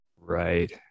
Right